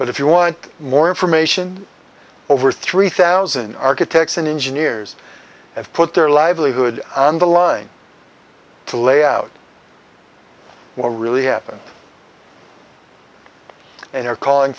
but if you want more information over three thousand architects and engineers have put their livelihood on the line to lay out more really happen and are calling